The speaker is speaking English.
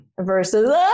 versus